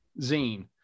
zine